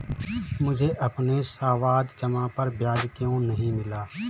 मुझे अपनी सावधि जमा पर ब्याज क्यो नहीं मिला?